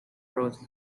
roads